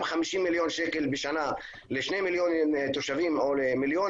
גם 50 מיליון שקל בשנה לשני מיליון תושבים או למיליון